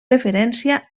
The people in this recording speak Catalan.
referència